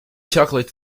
chocolate